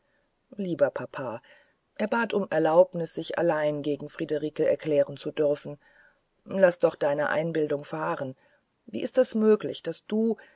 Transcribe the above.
lieber papa er bat um erlaubnis sich allein gegen friederike erklären zu dürfen laß doch deine einbildung fahren wie ist es möglich daß du